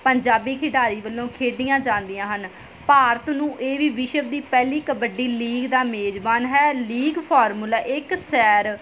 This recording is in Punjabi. ਪੰਜਾਬੀ ਖਿਡਾਰੀ ਵੱਲੋਂ ਖੇਡੀਆਂ ਜਾਂਦੀਆਂ ਹਨ ਭਾਰਤ ਨੂੰ ਇਹ ਵੀ ਵਿਸ਼ਵ ਦੀ ਪਹਿਲੀ ਕਬੱਡੀ ਲੀਗ ਦਾ ਮੇਜਬਾਨ ਹੈ ਲੀਗ ਫਾਰਮੂਲਾ ਇੱਕ ਸੈਰ